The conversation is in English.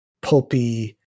pulpy